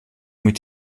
mit